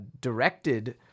directed